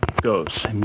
goes